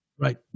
Right